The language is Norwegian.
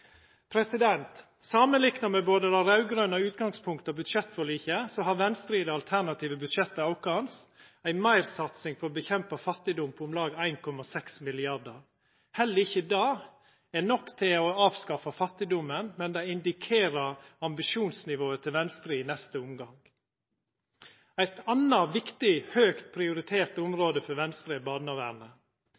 nokre. Samanlikna med både det raud-grøne utgangspunktet og budsjettforliket har Venstre i det alternative budsjettet sitt ei meirsatsing for å motverka fattigdom på om lag 1,6 mrd. kr. Heller ikkje det er nok til å avskaffa fattigdommen, men det indikerer Venstre sitt ambisjonsnivå i neste omgang. Eit anna viktig, høgt prioritert område for Venstre er barnevernet.